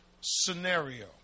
scenario